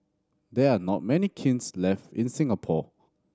there are not many kilns left in Singapore